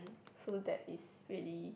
so that is really